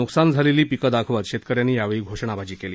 न्कसान झालेली पिकं दाखवत शेतकऱ्यांनी यावेळी घोषणाबाजी केली